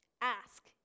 ask